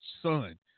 son